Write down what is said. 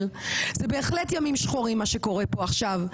ואלה בהחלט ימים שחורים מה שקורה כאן עכשיו.